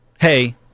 hey